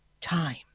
time